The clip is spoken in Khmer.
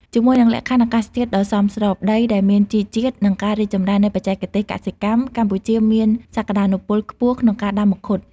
ជាមួយនឹងលក្ខខណ្ឌអាកាសធាតុដ៏សមស្រប ដីដែលមានជីជាតិ និងការរីកចម្រើននៃបច្ចេកទេសកសិកម្ម កម្ពុជាមានសក្ដានុពលខ្ពស់ក្នុងការដាំមង្ឃុត។